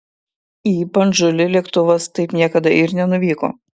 į bandžulį lėktuvas taip niekada ir nenuvyko